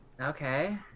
Okay